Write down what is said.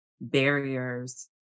barriers